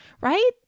right